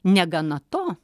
negana to